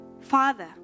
father